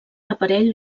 aparell